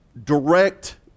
direct